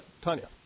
Tanya